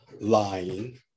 lying